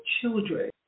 children